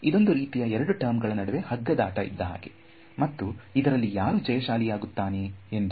ಇದೊಂದು ರೀತಿ 2 ಟರ್ಮ್ ಗಳ ನಡುವೆ ಹಗ್ಗದಾಟ ಇದ್ದ ಹಾಗೆ ಮತ್ತು ಇದರಲ್ಲಿ ಯಾರು ಜಯಶಾಲಿಯಾಗುತ್ತಾನೆ ಎಂದು